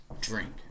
drink